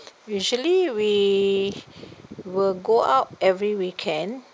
usually we will go out every weekend